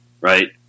Right